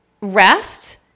rest